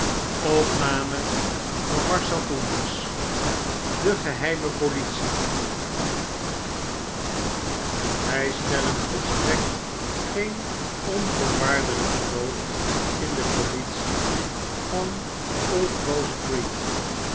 de geheime politie w stellen volstrekt geen onvoorwaardeljjk geloof in de politie van old bo w street